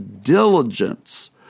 diligence